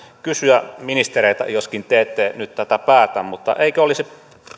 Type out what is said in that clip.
kysyä ministereiltä joskaan te ette nyt tätä päätä eikö olisi